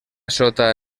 sota